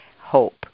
hope